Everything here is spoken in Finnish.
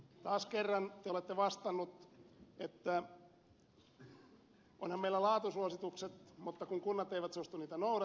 taas kerran te olette vastannut että onhan meillä laatusuositukset mutta kun kunnat eivät suostu niitä noudattamaan